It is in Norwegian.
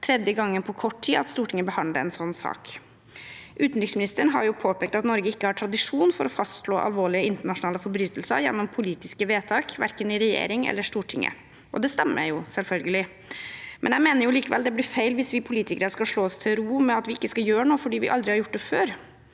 tredje gangen på kort tid at Stortinget behandler en slik sak. Utenriksministeren har påpekt at Norge ikke har tradisjon for å fastslå alvorlige internasjonale forbrytelser gjennom politiske vedtak, verken regjeringen eller Stortinget, og det stemmer selvfølgelig. Jeg mener likevel det blir feil hvis vi politikere skal slå oss til ro med at vi ikke skal gjøre noe fordi vi aldri har gjort det før.